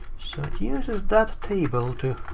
so it uses that table to,